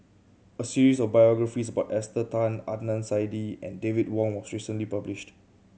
a series of biographies about Esther Tan Adnan Saidi and David Wong was recently published